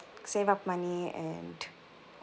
save up money and